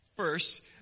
First